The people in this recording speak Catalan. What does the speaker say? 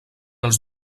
els